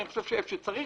אני חושב שאיפה שצריך,